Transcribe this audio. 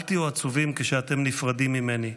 אל תהיו עצובים כשאתם נפרדים ממני.